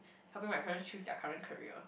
helping my parents choose their current career